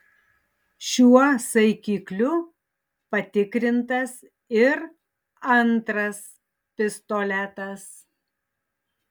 šiuo saikikliu patikrintas ir antras pistoletas